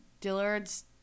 dillard's